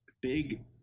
big